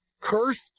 cursed